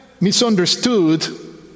misunderstood